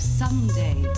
someday